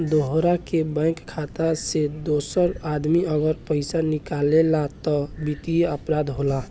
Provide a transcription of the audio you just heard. दोसरा के बैंक खाता से दोसर आदमी अगर पइसा निकालेला त वित्तीय अपराध होला